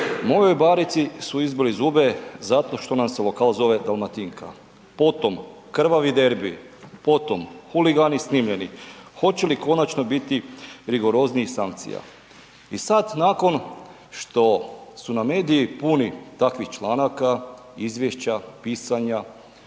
„Mojoj Barici su izbili zube zato što nam se lokal zove Dalmatinka“, potom, „Krvavi derbij“, potom, „Huligani snimljeni“. Hoće li konačno biti rigoroznijih sankcija? I sada nakon što su nam mediji puni takvih članaka, izvješća, pisanja